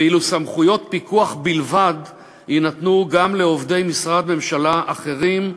ואילו סמכויות פיקוח בלבד יינתנו גם לעובדי משרדי ממשלה אחרים,